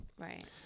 Right